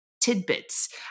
tidbits